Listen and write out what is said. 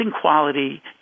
quality